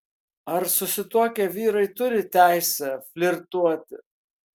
ar susituokę vyrai turi teisę flirtuoti